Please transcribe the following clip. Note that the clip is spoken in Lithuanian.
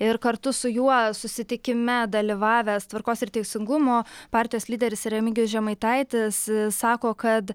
ir kartu su juo susitikime dalyvavęs tvarkos ir teisingumo partijos lyderis remigijus žemaitaitis sako kad